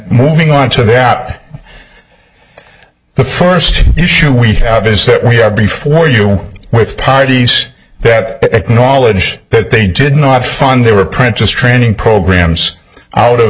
moving on to that the first issue we have is that we have before you with parties that acknowledge that they did not fund their apprentice training programs out of